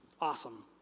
Awesome